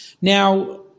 Now